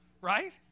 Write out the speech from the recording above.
Right